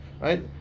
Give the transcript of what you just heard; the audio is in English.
right